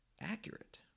accurate